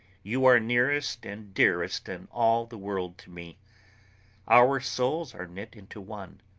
you are nearest and dearest and all the world to me our souls are knit into one,